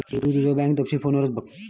तु तुझो बँक तपशील फोनवरच बघ